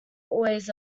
always